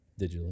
digitally